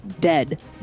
dead